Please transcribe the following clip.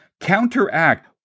counteract